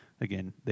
Again